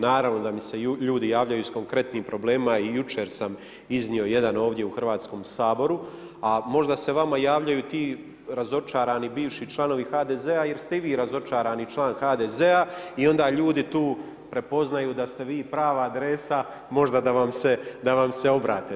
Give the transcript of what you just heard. Naravno da mi se ljudi javljaju s konkretnim problemima i jučer sam iznio jedan ovdje u Hrvatskom saboru, a možda se vama javljaju ti razočarani bivši članovi HDZ-a jer ste i vi razočarani član HDZ-a i onda ljudi tu prepoznaju da ste vi prava adresa možda da vam se obrate.